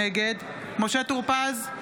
נגד משה טור פז,